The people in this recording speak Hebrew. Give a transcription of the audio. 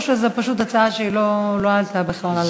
או שזו פשוט הצעה שלא עלתה בכלל על הפרק?